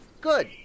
Good